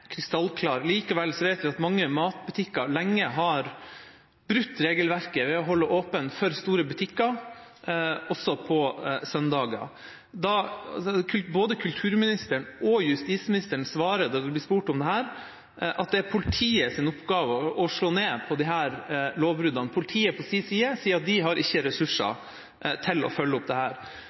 Likevel vet vi at mange matbutikker lenge har brutt regelverket ved å holde for store butikker åpne også på søndager. Både kulturministeren og justisministeren svarer, når de blir spurt om dette, at det er politiets oppgave å slå ned på disse lovbruddene. Politiet sier på sin side at de ikke har ressurser til å følge det opp.